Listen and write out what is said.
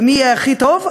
ומי יהיה הכי טוב,